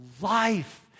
life